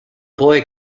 boy